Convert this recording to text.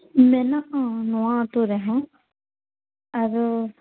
ᱢᱮᱱᱟᱜᱼᱟ ᱱᱚᱣᱟ ᱟᱹᱛᱩ ᱨᱮᱦᱚᱸ ᱟᱨᱚ